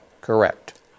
Correct